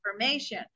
information